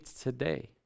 today